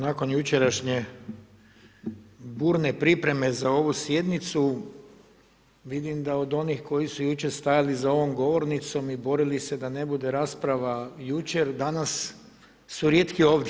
Nakon jučerašnje burne pripreme za ovu sjednicu vidim da od onih koji su jučer stajali za ovom govornicom i borili se da ne bude rasprava jučer danas su rijetki ovdje.